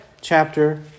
chapter